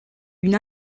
une